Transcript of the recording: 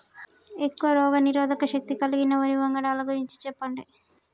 ఎక్కువ రోగనిరోధక శక్తి కలిగిన వరి వంగడాల గురించి చెప్పండి?